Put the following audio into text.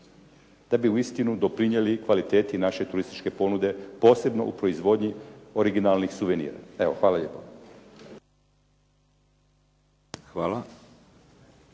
da bi uistinu doprinijeli kvaliteti naše turističke ponude, posebno u proizvodnji originalnih suvenira. Evo, hvala lijepo.